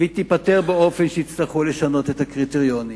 והיא תיפתר באופן שיצטרכו לשנות את הקריטריונים,